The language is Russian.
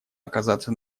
оказаться